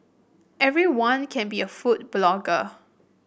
everyone can be a food blogger